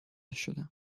شدم